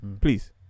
Please